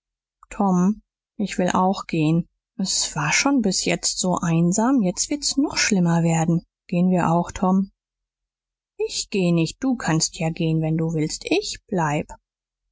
tom ich will auch gehen s war schon bis jetzt so einsam jetzt wird's noch schlimmer werden gehen wir auch tom ich geh nicht du kannst ja gehen wenn du willst ich bleib